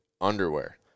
underwear